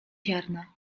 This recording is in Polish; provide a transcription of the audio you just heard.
ziarna